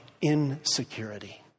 Insecurity